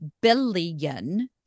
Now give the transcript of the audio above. billion